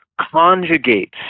conjugates